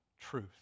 truth